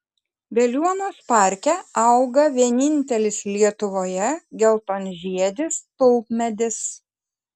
veliuonos parke auga vienintelis lietuvoje geltonžiedis tulpmedis